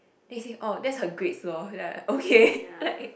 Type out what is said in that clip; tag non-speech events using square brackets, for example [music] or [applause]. then he say oh that's her grades lor then I like okay like [laughs]